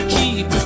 keep